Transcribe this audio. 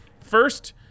first